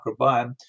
microbiome